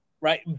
right